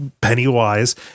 Pennywise